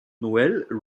noel